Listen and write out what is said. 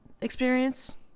experience